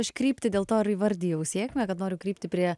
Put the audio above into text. aš kryptį dėl to ir įvardijau sėkme kad noriu krypti prie